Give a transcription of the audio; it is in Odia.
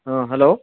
ହଁ ହ୍ୟାଲୋ